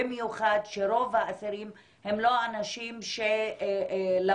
במיוחד שרוב האסירים הם לא אנשים שלמדו